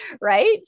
right